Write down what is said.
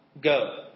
go